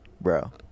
Bro